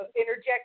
interject